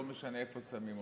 ולא משנה איפה שמים אותן.